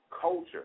culture